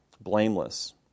blameless